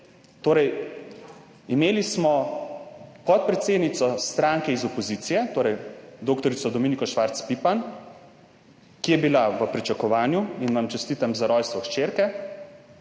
torej imeli smo podpredsednico stranke iz opozicije, torej dr. Dominiko Švarc Pipan, ki je bila v pričakovanju, čestitam vam za rojstvo hčerke,